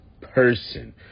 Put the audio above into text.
person